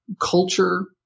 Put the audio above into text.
culture